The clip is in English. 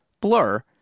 Blur